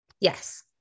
Yes